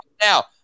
now